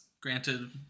Granted